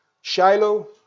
Shiloh